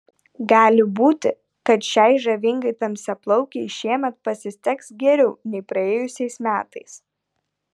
gali būti kad šiai žavingai tamsiaplaukei šiemet pasiseks geriau nei praėjusiais metais